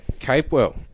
Capewell